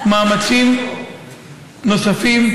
מאמצים נוספים: